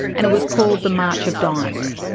and it was called the march of dimes.